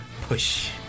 push